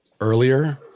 earlier